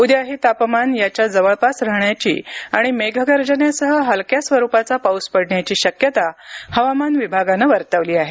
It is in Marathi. उद्याही तापमान याच्या जवळपास राहण्याची आणि मेघगर्जनेसह हलक्या स्वरूपाचा पाऊस पडण्याची शक्यता हवामान विभागानं वर्तवली आहे